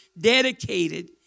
dedicated